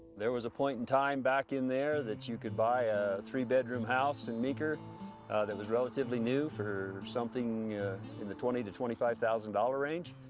there was a point in time back in there that you could buy a three bedroom house in meeker that was relatively new for something in the twenty to twenty five thousand dollars range.